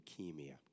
leukemia